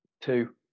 Two